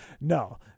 No